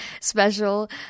special